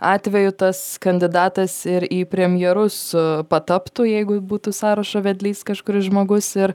atveju tas kandidatas ir į premjerus pataptų jeigu būtų sąrašo vedlys kažkuris žmogus ir